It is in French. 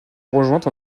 rejointe